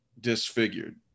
disfigured